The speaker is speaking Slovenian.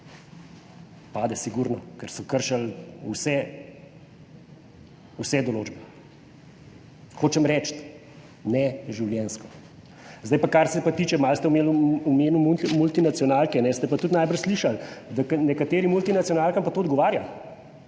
Pade sigurno, ker so kršili vse, vse določbe. Hočem reči, neživljenjsko. Zdaj pa, kar se pa tiče, malo ste omenil multinacionalke, ste pa tudi najbrž slišali, da nekaterim multinacionalkam pa to odgovarja,